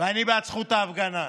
ואני בעד זכות ההפגנה.